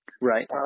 right